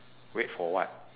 wait for what